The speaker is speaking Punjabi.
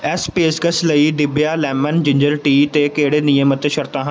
ਇਸ ਪੇਸ਼ਕਸ਼ ਲਈ ਡਿਬਿਯਾ ਲੈਮਨ ਜਿੰਜਰ ਟੀ 'ਤੇ ਕਿਹੜੇ ਨਿਯਮ ਅਤੇ ਸ਼ਰਤਾਂ ਹਨ